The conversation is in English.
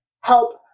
help